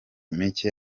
mike